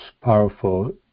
powerful